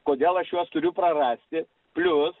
kodėl aš juo turiu prarasti plius